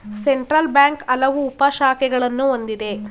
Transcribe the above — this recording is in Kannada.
ಸೆಂಟ್ರಲ್ ಬ್ಯಾಂಕ್ ಹಲವು ಉಪ ಶಾಖೆಗಳನ್ನು ಹೊಂದಿದೆ